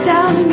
Down